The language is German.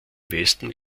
westen